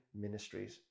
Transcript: ministries